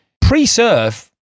pre-surf